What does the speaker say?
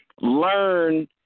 learn